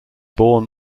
born